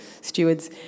stewards